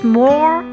more